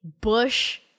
bush